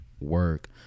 work